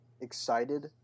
excited